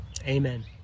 Amen